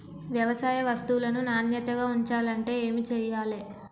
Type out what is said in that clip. వ్యవసాయ వస్తువులను నాణ్యతగా ఉంచాలంటే ఏమి చెయ్యాలే?